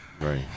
Right